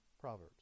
proverbs